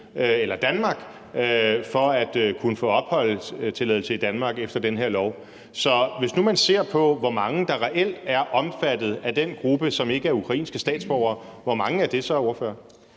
eller i Danmark for at kunne få opholdstilladelse i Danmark efter den her lov. Så hvis nu man ser på, hvor mange der reelt er omfattet af den gruppe, og som ikke er ukrainske statsborgere, hvor mange er det så, ordfører?